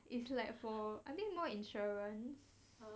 ya if you like for I think more insurance